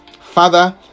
Father